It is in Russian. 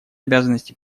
обязанности